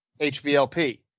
HVLP